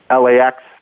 LAX